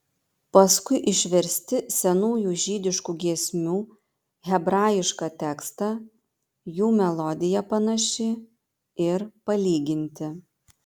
paskui išversti senųjų žydiškų giesmių hebrajišką tekstą jų melodija panaši ir palyginti